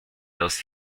dos